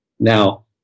Now